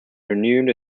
renewed